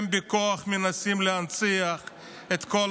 באמת, אתם בכוח מנסים להנציח את כל